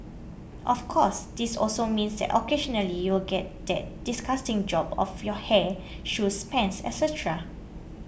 of course this also means that occasionally you'll get that disgusting job of your hair shoes pants etcetera